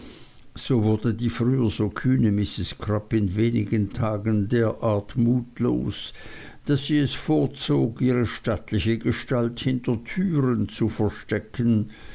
so wurde die früher so kühne mrs crupp in wenigen tagen derart mutlos daß sie es vorzog ihre stattliche gestalt hinter türen zu verstecken